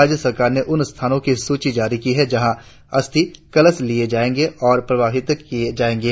राज्य सरकार ने उन स्थानो की सूची जारी की है जहाँ अस्थि कलश लिये जाएंगे और प्रवाहित किये जाएंगे